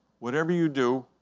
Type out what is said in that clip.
whatever you do,